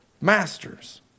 masters